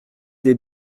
des